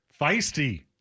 feisty